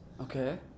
Okay